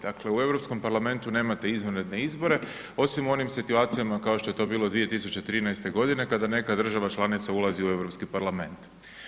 Dakle u Europskom parlamentu nemate izvanredne izbore, osim u onim situacijama, kao što je to bilo 2013.g . kada neka država članica ulazi u Europski parlament.